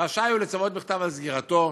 "רשאי הוא לצוות בכתב על סגירתו,